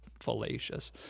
fallacious